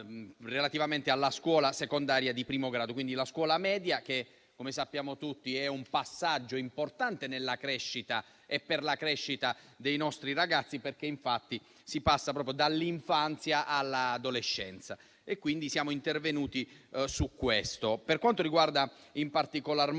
relativamente alla scuola secondaria di primo grado, cioè la scuola media che - come sappiamo tutti - costituisce un passaggio importante nella crescita e per la crescita dei nostri ragazzi. Infatti, lì si passa proprio dall'infanzia all'adolescenza. Siamo quindi intervenuti su questo. Per quanto riguarda, in particolar modo,